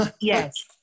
Yes